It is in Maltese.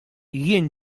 jien